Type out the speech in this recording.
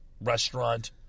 restaurant